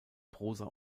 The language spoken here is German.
prosa